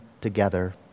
together